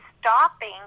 stopping